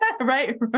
right